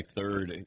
third